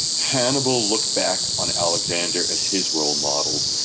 hannibal looked back on alexander as his role model,